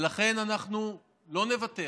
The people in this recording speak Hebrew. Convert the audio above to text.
ולכן אנחנו לא נוותר